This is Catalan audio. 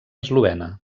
eslovena